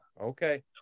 okay